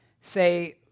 say